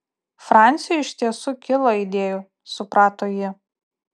franciui iš tiesų kilo idėjų suprato ji